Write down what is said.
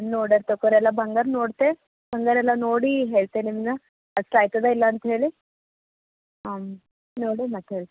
ನೋಡಣ ತಗೋರಿ ಎಲ್ಲ ಬಂಗಾರ ನೋಡ್ತೆ ಬಂಗಾರೆಲ್ಲ ನೋಡಿ ಹೇಳ್ತೆ ನಿಮ್ಗೆ ಅಷ್ಟು ಆಗ್ತದ ಇಲ್ಲ ಅಂತ ಹೇಳಿ ಹಾಂ ನೋಡಿ ಮತ್ತೆ ಹೇಳಿ